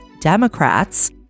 Democrats